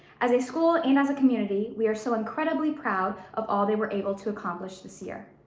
as a school and as a community, we are so incredibly proud of all they were able to accomplish this year.